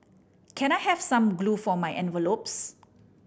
can I have some glue for my envelopes